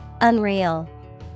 Unreal